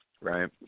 right